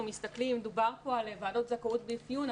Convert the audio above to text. דובר כאן על ועדות זכאות ואפיון,